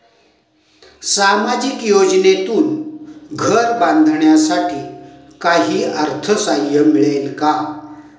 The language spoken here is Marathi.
सामाजिक योजनेतून घर बांधण्यासाठी काही अर्थसहाय्य मिळेल का?